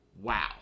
Wow